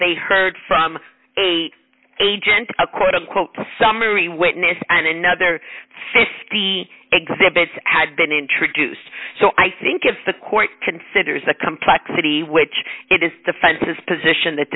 they heard from a agent a quote unquote summary witness and another fifty exhibits had been introduced so i think if the court considers the complexity which it is defense's position that